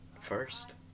first